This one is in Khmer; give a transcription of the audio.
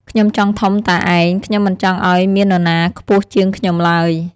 ខ្ញុំចង់ធំតែឯង ខ្ញុំមិនចង់ឲ្យមាននរណាខ្ពស់ជាងខ្ញុំឡើយ!"